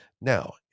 now